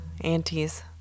aunties